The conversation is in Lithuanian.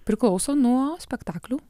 priklauso nuo spektaklių